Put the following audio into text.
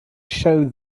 show